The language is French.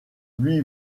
lui